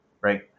right